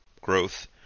growth